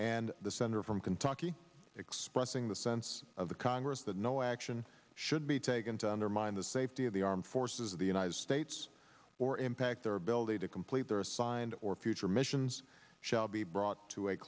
and the senator from kentucky expressing the sense of the congress that no action should be taken to undermine the safety of the armed forces of the united states or impact their ability to complete their assigned or future missions shall be brought to a